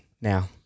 now